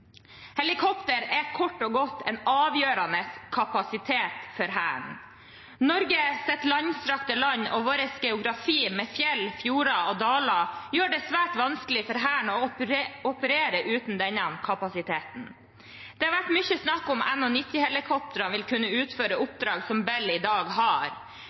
er kort og godt en avgjørende kapasitet for Hæren. Norge er et langstrakt land, og vår geografi med fjell, fjorder og daler gjør det svært vanskelig for Hæren å operere uten denne kapasiteten. Det har vært mye snakk om hvorvidt NH90-helikoptre vil kunne utføre oppdrag som Bell-helikoptrene i dag har.